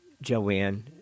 Joanne